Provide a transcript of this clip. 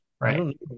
right